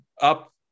up